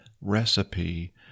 recipe